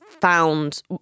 found